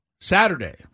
Saturday